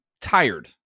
tired